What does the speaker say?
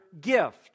gift